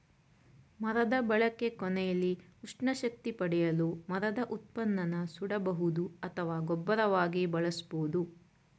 ಮರದ ಬಳಕೆ ಕೊನೆಲಿ ಉಷ್ಣ ಶಕ್ತಿ ಪಡೆಯಲು ಮರದ ಉತ್ಪನ್ನನ ಸುಡಬಹುದು ಅಥವಾ ಗೊಬ್ಬರವಾಗಿ ಬಳಸ್ಬೋದು